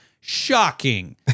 Shocking